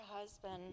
husband